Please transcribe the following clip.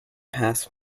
pass